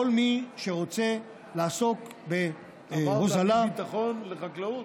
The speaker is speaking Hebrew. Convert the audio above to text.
כל מי שרוצה לעסוק בהוזלה, עברת מביטחון לחקלאות?